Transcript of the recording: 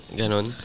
ganon